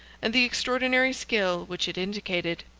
and the extraordinary skill which it indicated.